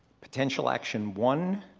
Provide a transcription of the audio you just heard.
potential action one,